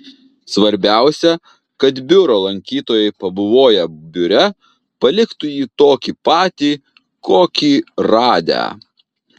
svarbiausia kad biuro lankytojai pabuvoję biure paliktų jį tokį patį kokį radę